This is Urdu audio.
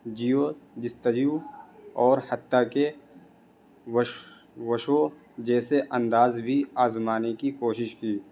جیو دستجیو اور حتیٰ کہ وش وشو جیسے انداز بھی آزمانے کی کوشش کی